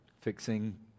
fixing